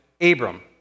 Abram